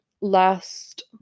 last